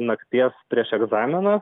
nakties prieš egzaminą